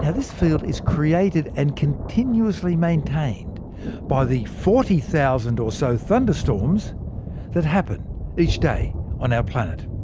ah this field is created and continuously maintained by the forty thousand or so thunderstorms that happen each day on our planet.